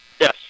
Yes